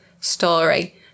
story